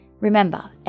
Remember